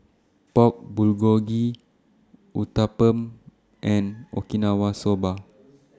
Pork Bulgogi Uthapam and Okinawa Soba